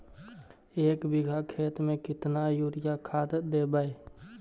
एक बिघा खेत में केतना युरिया खाद देवै?